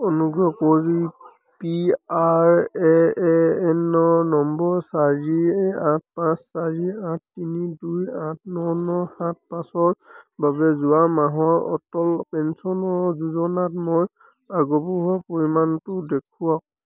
অনুগ্ৰহ কৰি P R A N number চাৰি আঠ পাঁচ চাৰি আঠ তিনি দুই আঠ ন ন সাত পাঁচৰ বাবে যোৱা মাহত অটল পেঞ্চন যোজনাত মই আগবঢ়োৱা পৰিমাণটো দেখুৱাওক